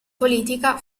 politica